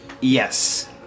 Yes